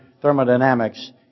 thermodynamics